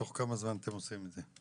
תוך כמה זמן אתם עושים את זה?